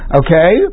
okay